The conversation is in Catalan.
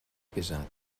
pesat